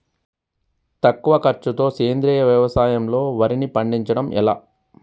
తక్కువ ఖర్చుతో సేంద్రీయ వ్యవసాయంలో వారిని పండించడం ఎలా?